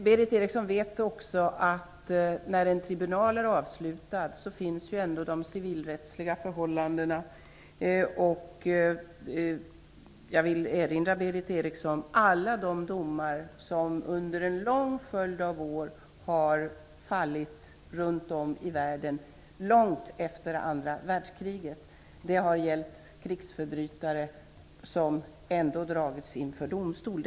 Berith Eriksson vet också att när en tribunal är avslutad så återstår ändå de civilrättsliga förhållandena. Jag vill erinra Berith Eriksson om alla de domar som under en lång följd av år har fallit runt om i världen långt efter andra världskriget. Det har då gällt krigsförbrytare som har dragits inför domstol.